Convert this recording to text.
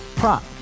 Prop